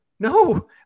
No